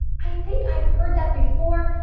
i think i've heard that before.